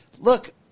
Look